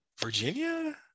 virginia